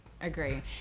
Agree